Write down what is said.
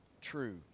true